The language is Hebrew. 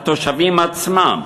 התושבים עצמם,